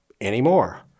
anymore